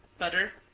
butter,